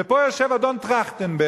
ופה יושב אדון טרכטנברג,